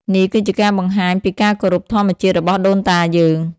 នេះគឺជាការបង្ហាញពីការគោរពធម្មជាតិរបស់ដូនតាយើង។